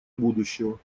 будущего